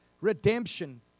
redemption